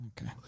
Okay